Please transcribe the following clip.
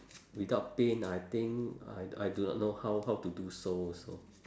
without pain I think I I do not know how how to do so also